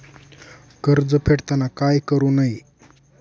कर्ज फेडताना काय करु नये?